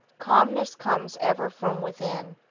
calmness comes ever from within.